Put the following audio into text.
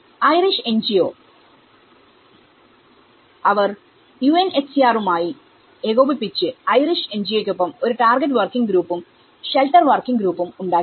Irish NGOഅവർ UNHCR യുമായി ഏകോപിപ്പിച്ചു ഐറിഷ് NGO യ്ക്കൊപ്പം ഒരു ടാർഗറ്റ് വർക്കിംഗ് ഗ്രൂപ്പുംഷെൽട്ടർ വർക്കിംഗ് ഗ്രൂപ്പുംഉണ്ടാക്കി